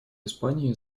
испании